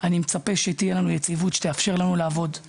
אני מצפה שתהיה לנו יציבות שתאפשר לנו לעבוד,